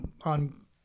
on